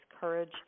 courage